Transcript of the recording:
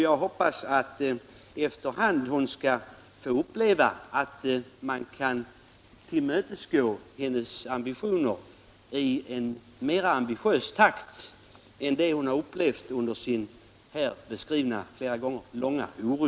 Jag hoppas att hon efter hand skall få uppleva att man tillmötesgår hennes önskemål i en mera ambitiös takt än den hon har tyckt sig kunna iaktta under sin här flera gånger beskrivna långvariga oro.